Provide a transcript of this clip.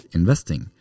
investing